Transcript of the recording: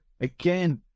again